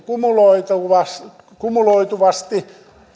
kumuloituvasti kumuloituvasti